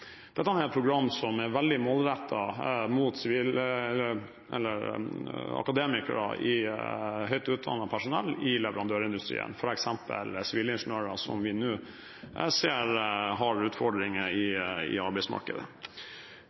Dette er et program som er veldig målrettet mot akademikere – høyt utdannet personell – i leverandørindustrien, f.eks. sivilingeniører, som vi nå ser har utfordringer i arbeidsmarkedet.